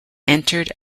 entered